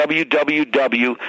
www